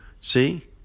See